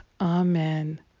Amen